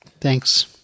Thanks